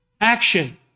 action